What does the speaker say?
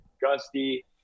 gusty